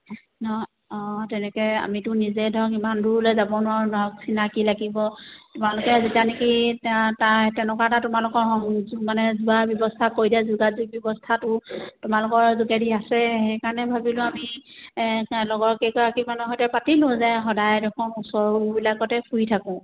নহয় অঁ তেনেকৈ আমিতো নিজে ধৰক ইমান দূৰলৈ যাব নোৱাৰোঁ ধৰক চিনাকী লাগিব তোমালোকে যেতিয়া নেকি তাই তেনেকুৱা এটা তোমালোকৰ মানে সংযোগ মানে যোৱাৰ ব্যৱস্থা কৰি দিয়া যোগাযোগ ব্যৱস্থাটো তোমালোকৰ যোগেদি আছে সেইকাৰণে ভাবিলো আমি লগৰ কেইগৰাকীমানৰ সৈতে পাতিলোঁ যে সদায় দেখোন ওচৰৰবিলাকতে ফুৰি থাকোঁ